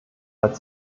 hat